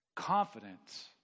Confidence